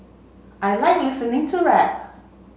I like listening to rap